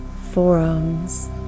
forearms